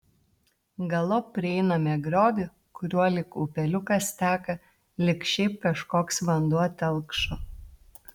galop prieiname griovį kuriuo lyg upeliukas teka lyg šiaip kažkoks vanduo telkšo